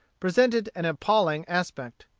presented an appalling aspect.